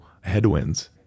headwinds